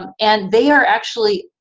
um and they are actually,